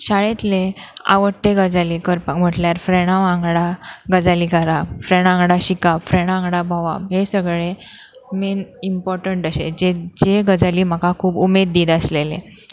शाळेंतले आवडटे गजाली करपाक म्हटल्यार फ्रेडा वांगडा गजाली करप फ्रेंडा वांगडा शिकप फ्रेडा वांगडा भोंवप हें सगळें मेन इम्पोर्टंट अशें जे जे गजाली म्हाका खूब उमेद दीत आसलेले